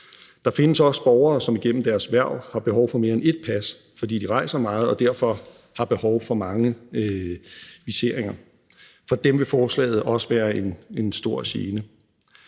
Der findes også borgere, der igennem deres hverv har brug for mere end ét pas, fordi de rejser meget og derfor har behov for mange viseringer. For dem vil forslaget også være til stor gene.